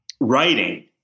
writing